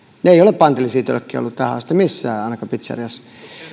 ne eivät ole pantillisia tölkkejä olleet tähän asti missään ainakaan pitseriassa